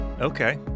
Okay